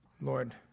Lord